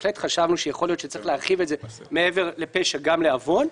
בהחלט חשבנו שצריך להרחיב את זה מעבר לפשע גם לעוון,